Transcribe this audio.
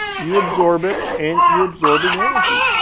you absorb it and you're absorbing energy.